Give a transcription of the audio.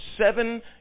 seven